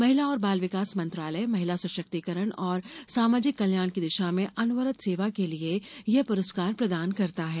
महिला और बाल विकास मंत्रालय महिला सशक्तिकरण और सामाजिक कल्याण की दिशा में अनवरत सेवा के लिए यह पुरस्कार प्रदान करता है